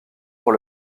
pour